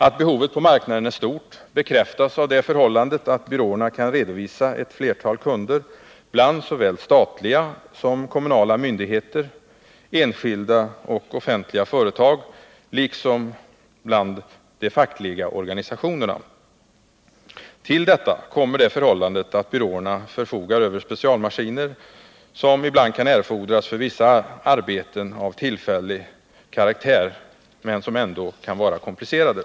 Att behovet på marknaden är stort bekräftas av det förhållandet att Nr 40 byråerna kan redovisa ett flertal kunder bland såväl statliga som kommunala Torsdagen den myndigheter, enskilda och offentliga företag liksom fackliga organisationer. 29 november 1979 Till detta kommer det förhållandet att byråerna förfogar över specialmaskiner, som kan erfordras för vissa arbeten av tillfällig karaktär men som ändå Kontorsservicefökan vara komplicerade.